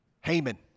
Haman